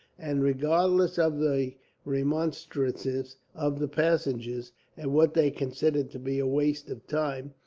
and, regardless of the remonstrances of the passengers at what they considered to be a waste of time,